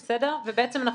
בעצם,